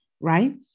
right